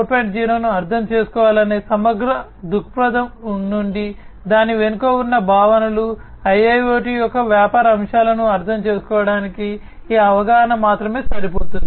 0 ను అర్థం చేసుకోవాలనే సమగ్ర దృక్పథం నుండి దాని వెనుక ఉన్న భావనలు IIoT యొక్క వ్యాపార అంశాలను అర్థం చేసుకోవడానికి ఈ అవగాహన మాత్రమే సరిపోతుంది